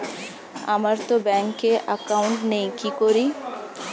আমারতো ব্যাংকে একাউন্ট নেই কি করি?